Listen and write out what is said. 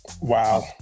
Wow